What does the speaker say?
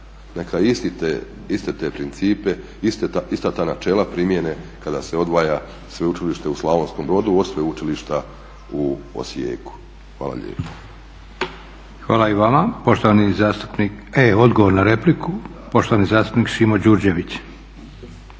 Neka iste te principe, ista ta načela primijene kada se odvaja Sveučilište u Slavonskom Brodu od Sveučilišta u Osijeku. Hvala lijepo.